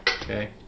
Okay